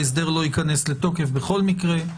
ההסדר לא ייכנס לתוקף בכל מקרה.